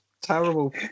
Terrible